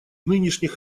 нынешних